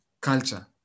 Culture